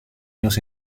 años